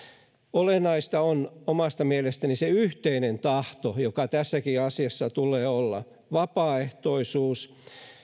olennaista on omasta mielestäni se yhteinen tahto joka tässäkin asiassa tulee olla vapaaehtoisuus